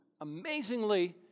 amazingly